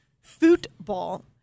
Football